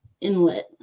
inlet